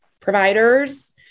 providers